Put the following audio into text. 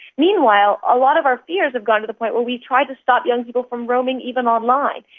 meanwhile a lot of our fears have gone to the point where we try to stop young people from roaming even online,